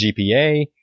GPA